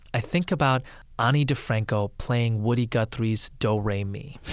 i think about ani difranco playing woody guthrie's do re mi.